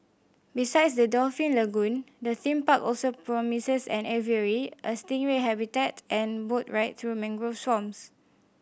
besides the dolphin lagoon the theme park also promises an aviary a stingray habitat and boat ride through mangrove swamps